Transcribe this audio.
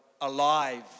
alive